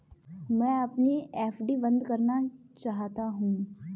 मैं अपनी एफ.डी बंद करना चाहता हूँ